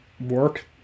work